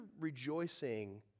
rejoicing